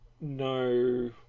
no